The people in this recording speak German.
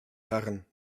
herren